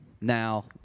now